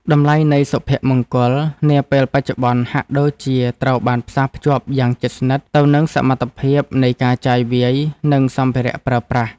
តម្លៃនៃសុភមង្គលនាពេលបច្ចុប្បន្នហាក់ដូចជាត្រូវបានផ្សារភ្ជាប់យ៉ាងជិតស្និទ្ធទៅនឹងសមត្ថភាពនៃការចាយវាយនិងសម្ភារៈប្រើប្រាស់។